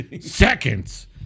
seconds